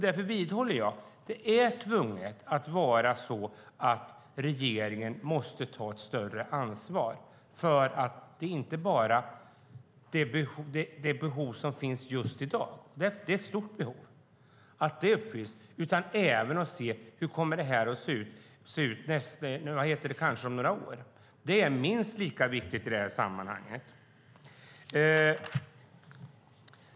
Jag vidhåller att regeringen måste ta ett större ansvar, inte bara för att det behov som finns i dag ska uppfyllas - det är ett stort behov - utan också för hur detta kommer att se ut om några år. Det är minst lika viktigt i det här sammanhanget.